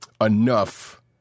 enough